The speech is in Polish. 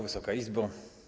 Wysoka Izbo!